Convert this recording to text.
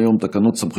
הכנסת משה